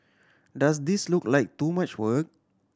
does this look like too much work